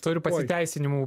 turi pasiteisinimų